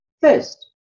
first